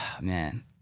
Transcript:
man